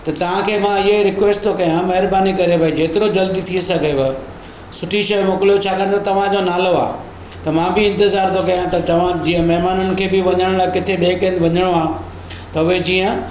त तव्हांखे मां इहो रिक्वेस्ट थो कयां महिरबानी करे भई जेतिरो जल्दी थी सघेव सुठी शइ मोकिलियो छा न त तव्हांजो नालो आहे त मां बि इंतिज़ारु थो कयां त तव्हां जीअं महिमाननि खे बि वञण लाइ किथे ॿिए कंहिं हंधु वञिणो आहे त उहे जीअं